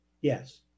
Yes